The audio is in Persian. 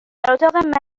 اتاق